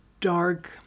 dark